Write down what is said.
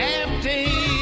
empty